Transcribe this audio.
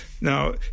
Now